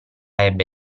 ebbe